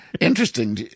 Interesting